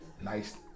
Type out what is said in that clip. nice